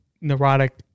neurotic